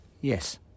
Yes